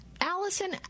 Allison